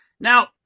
Now